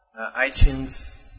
iTunes